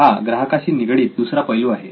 हा ग्राहकाशी निगडित दुसरा पैलू आहे